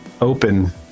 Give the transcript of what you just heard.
open